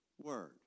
word